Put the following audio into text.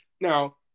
now